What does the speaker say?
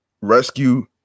rescue